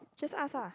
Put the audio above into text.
just ask lah